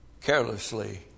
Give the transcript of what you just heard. carelessly